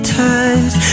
times